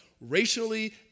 racially